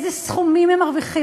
איזה סכומים הן מרוויחות?